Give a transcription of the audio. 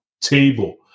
table